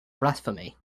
blasphemy